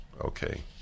Okay